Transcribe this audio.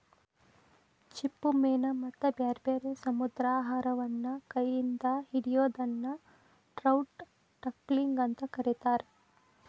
ಚಿಪ್ಪುಮೇನ ಮತ್ತ ಬ್ಯಾರ್ಬ್ಯಾರೇ ಸಮುದ್ರಾಹಾರವನ್ನ ಕೈ ಇಂದ ಹಿಡಿಯೋದನ್ನ ಟ್ರೌಟ್ ಟಕ್ಲಿಂಗ್ ಅಂತ ಕರೇತಾರ